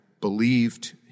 believed